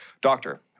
Doctor